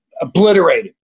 obliterated